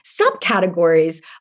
subcategories